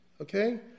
okay